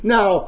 Now